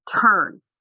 turn